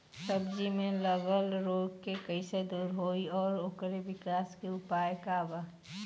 सब्जी में लगल रोग के कइसे दूर होयी और ओकरे विकास के उपाय का बा?